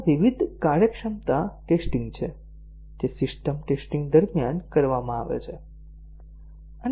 આ વિવિધ કાર્યક્ષમતા ટેસ્ટીંગ છે જે સિસ્ટમ ટેસ્ટીંગ દરમિયાન કરવામાં આવે છે